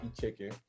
chicken